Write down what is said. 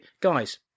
Guys